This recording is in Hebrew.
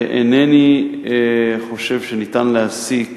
ואינני חושב שניתן להסיק